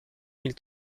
mille